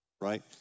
right